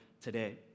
today